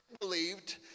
believed